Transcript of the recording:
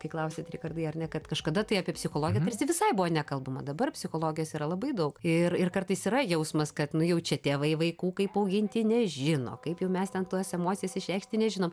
kai klausėt rikardai ar ne kad kažkada tai apie psichologiją tarsi visai buvo nekalbama dabar psichologijos yra labai daug ir ir kartais yra jausmas kad nu jau čia tėvai vaikų kaip auginti nežino kaip jau mes ten tas emocijas išreikšti nežinom